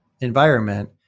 environment